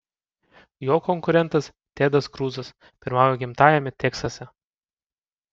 jo konkurentas tedas kruzas pirmauja gimtajame teksase